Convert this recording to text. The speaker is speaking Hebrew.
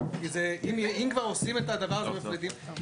שאת האופי שלו והפרטים שלו,